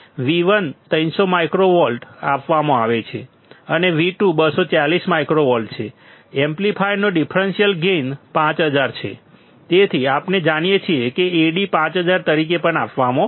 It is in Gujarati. તેથી તે V1 300 માઇક્રોવોલ્ટ આપવામાં આવે છે અને V2 240 માઇક્રોવોલ્ટ છે એમ્પ્લીફાયરનો ડિફરન્સીયલ ગેઇન 5000 છે તેથી આપણે જાણીએ છીએ કે Ad 5000 તરીકે પણ આપવામાં આવે છે